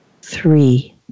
three